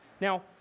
Now